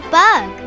bug